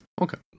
Okay